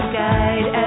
guide